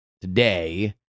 today